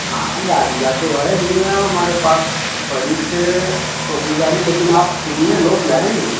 हाँ गाड़ियाँ तो है भैया हमारे पास बड़ी से छोटी गाड़ी लेकिन आप कितने लोग जाएंगे